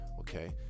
okay